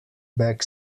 bag